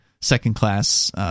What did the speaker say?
second-class